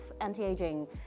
anti-aging